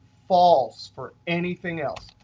false for anything else.